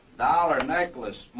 dollar, necklace,